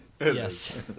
Yes